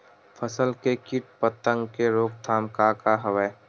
फसल के कीट पतंग के रोकथाम का का हवय?